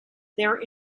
there